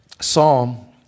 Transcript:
Psalm